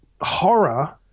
horror